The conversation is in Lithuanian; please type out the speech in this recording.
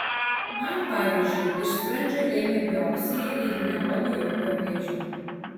man pavyzdžiui iš skrandžio ėmė biopsiją ir ji nerodė jokio vėžio